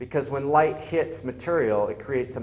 because when light hits material it creates a